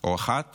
או אחת